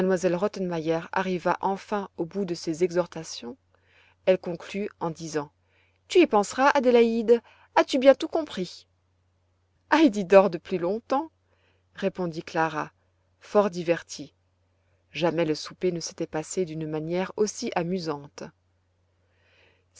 arriva enfin au bout de ses exhortations elle conclut en disant tu y penseras adélaïde as-tu bien tout compris heidi dort depuis longtemps répondit clara fort divertie jamais le souper ne s'était passé d'une manière aussi amusante